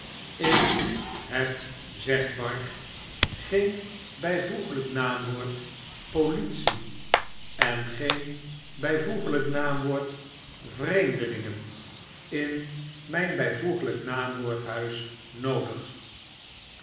ik heb zegt bark geen byvl n w politie en geen byvl n w vreemdelingen in mijn bijvl n w huis noodig